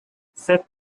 sept